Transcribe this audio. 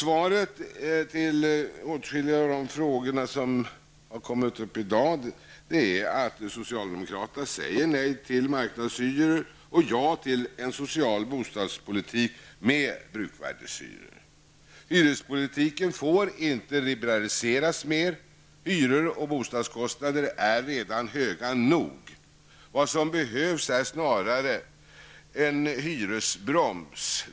Svaret på åtskilliga av de frågor som har ställts i dag är att socialdemokraterna säger nej till marknadshyror och ja till en social bostadspolitik med bruksvärdeshyror. Hyrespolitiken får inte liberaliseras mer. Hyror och bostadskostnader är redan höga nog. Vad som behövs är snarare en hyresbroms.